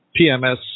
PMS